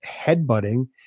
headbutting